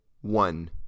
One